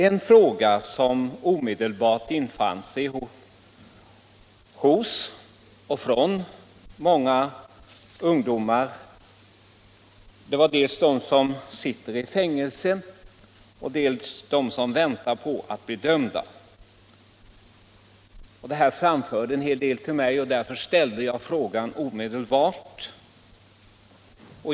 En fråga uppstod omedelbart hos många ungdomar, dels bland dem som sitter i fängelse, dels bland dem som väntar på att bli dömda. En hel del framförde detta till mig och därför ställde jag frågan omedelbart.